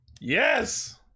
Yes